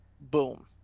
Boom